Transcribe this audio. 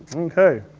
okay.